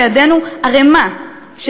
וניהלה פה מאבק